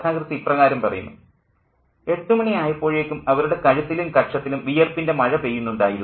കഥാകൃത്ത് ഇപ്രകാരം പറയുന്നു "എട്ട് മണി ആയപ്പോഴേക്കും അവരുടെ കഴുത്തിലും കക്ഷത്തിലും വിയർപ്പിൻ്റെ മഴ പെയ്യുന്നുണ്ടായിരുന്നു